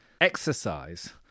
exercise